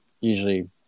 usually